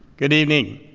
good evening.